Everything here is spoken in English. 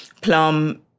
Plum